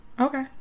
okay